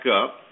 up